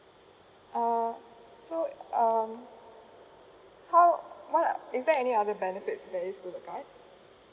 uh so um how what are is there any other benefits there is to the card